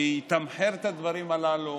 שיתמחר את הדברים הללו.